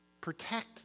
Protect